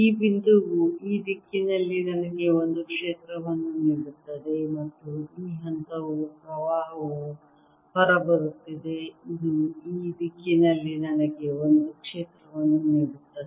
ಈ ಬಿಂದುವು ಈ ದಿಕ್ಕಿನಲ್ಲಿ ನನಗೆ ಒಂದು ಕ್ಷೇತ್ರವನ್ನು ನೀಡುತ್ತದೆ ಮತ್ತು ಈ ಹಂತವು ಪ್ರವಾಹವು ಹೊರಬರುತ್ತಿದೆ ಇದು ಈ ದಿಕ್ಕಿನಲ್ಲಿ ನನಗೆ ಒಂದು ಕ್ಷೇತ್ರವನ್ನು ನೀಡುತ್ತದೆ